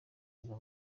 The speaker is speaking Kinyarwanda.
biva